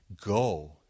go